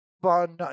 fun